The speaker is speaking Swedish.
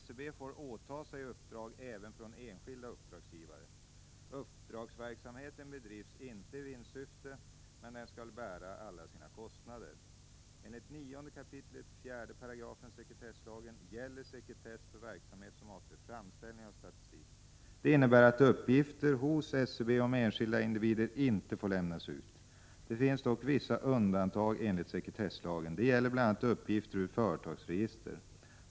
SCB får åta sig uppdrag även från enskilda uppdragsgivare. Uppdragsverksamheten bedrivs inte i vinstsyfte, men den skall bära alla sina kostnader. Enligt 9 kap. 4 § sekretesslagen gäller sekretess för verksamhet som avser framställning av statistik. Det innebär att uppgifter hos SCB om enskilda individer inte får lämnas ut. Det finns dock vissa undantag enligt sekretesslagen. Det gäller bl.a. uppgifter ur företagsregister.